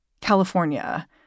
California